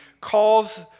calls